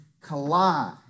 collide